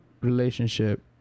relationship